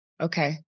Okay